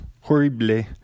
horrible